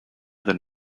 than